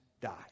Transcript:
die